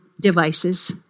devices